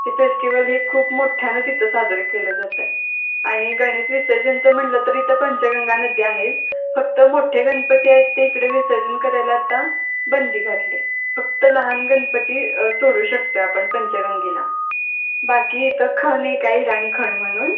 ती फेस्टिवल हे खूप मोठ्ठ्यानं तिथं साजरं केलं जात आहे आणि गणेश विसर्जनचं म्हटलं तर इथं पंचगंगा नदी आहे फक्त मोठ्ठे गणपती आहेत ते इकडे विसर्जन करायला आत्ता बंदी घातली आहे फक्त लहान गणपती सोडू शकतो आहे आपण पंचगंगेला बाकी इथं खण एक आहे राणी खण म्हणून